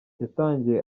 yatangiye